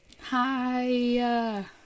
Hi